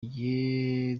gihe